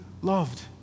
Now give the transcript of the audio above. loved